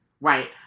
Right